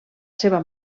seva